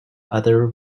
other